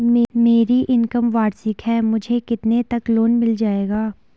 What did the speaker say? मेरी इनकम वार्षिक है मुझे कितने तक लोन मिल जाएगा?